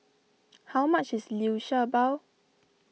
how much is Liu Sha Bao